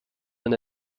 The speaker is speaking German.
man